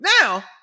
Now